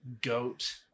Goat